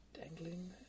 dangling